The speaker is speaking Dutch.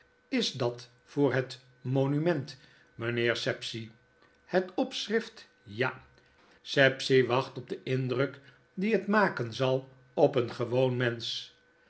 is dat voor het monument mijnheer sapsea het opschrift ja sapsea wacht op den indruk dien het maken zal op een gewoon mensch